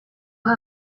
aha